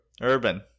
Urban